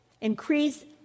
increase